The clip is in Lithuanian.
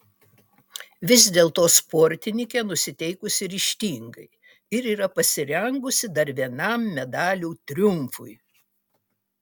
vis dėlto sportininkė nusiteikusi ryžtingai ir yra pasirengusi dar vienam medalių triumfui